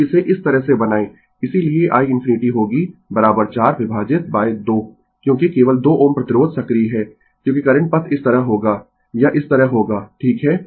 तो इसे इस तरह से बनाएं इसीलिए i ∞ होगी 4 विभाजित 2 क्योंकि केवल 2 Ω प्रतिरोध सक्रिय है क्योंकि करंट पथ इस तरह होगा यह इस तरह होगा ठीक है